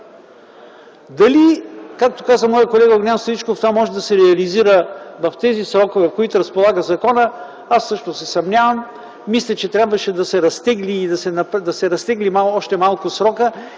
Дали, както каза моят колега Огнян Стоичков, това може да се редуцира в тези срокове, с които разполага законът, аз също се съмнявам. Мисля, че трябваше да се разтегли още малко срокът